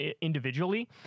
individually